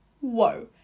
whoa